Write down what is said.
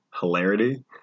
Hilarity